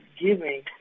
giving